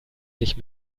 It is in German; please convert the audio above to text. sich